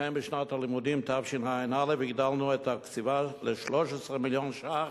ולכן בשנת הלימודים תשע"א הגדלנו את תקציבה ל-13 מיליון ש"ח